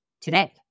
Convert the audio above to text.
today